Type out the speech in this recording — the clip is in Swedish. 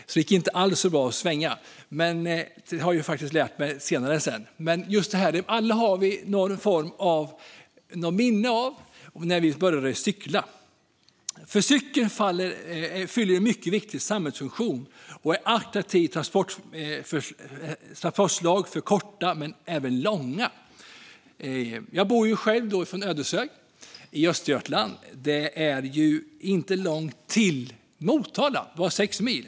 Det gick alltså inte alls bra att svänga, men det lärde jag mig faktiskt sedan. Alla har vi något minne av när vi började cykla. Cykeln fyller en mycket viktig samhällsfunktion och är ett attraktivt transportslag för korta men även långa avstånd. Jag bor själv i Ödeshög i Östergötland. Därifrån är det inte långt till Motala, bara sex mil.